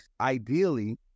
Ideally